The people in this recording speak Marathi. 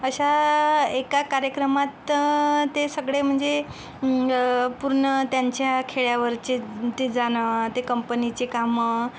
अशा एका कार्यक्रमात ते सगळे म्हणजे पूर्ण त्यांच्या खेड्यावरचे ते जाणं ते कंपनीचे कामं